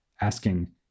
asking